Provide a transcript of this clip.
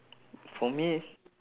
for me